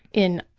in,